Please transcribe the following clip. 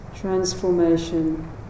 transformation